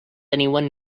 anyone